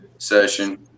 session